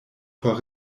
por